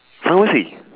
pharmacy